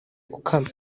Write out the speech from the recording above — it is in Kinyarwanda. gukama